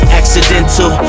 accidental